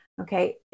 okay